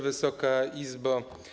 Wysoka Izbo!